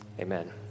Amen